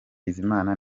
bizimana